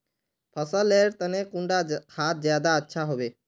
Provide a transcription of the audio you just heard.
फसल लेर तने कुंडा खाद ज्यादा अच्छा हेवै?